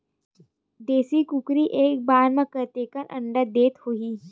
देशी कुकरी एक बार म कतेकन अंडा देत होही?